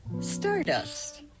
Stardust